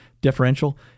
Differential